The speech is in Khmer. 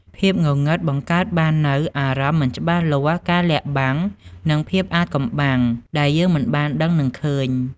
ភាពងងឹតបង្កើតបាននូវអារម្មណ៍មិនច្បាស់លាស់ ការលាក់បាំង និងភាពអាថ៌កំបាំងដែលយើងមិនបានដឹង នឹងឃើញ ។